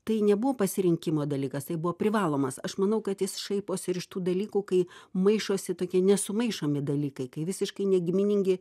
tai nebuvo pasirinkimo dalykas tai buvo privalomas aš manau kad jis šaiposi ir iš tų dalykų kai maišosi tokie nesumaišomi dalykai kai visiškai negiminingi